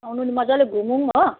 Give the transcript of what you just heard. आउनु नि मजाले घुमौँ हो